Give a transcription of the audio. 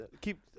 Keep